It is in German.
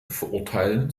verurteilen